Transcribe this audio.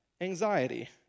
anxiety